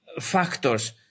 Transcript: factors